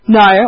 no